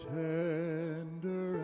tender